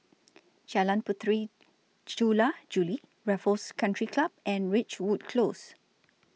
Jalan Puteri Jula Juli Raffles Country Club and Ridgewood Close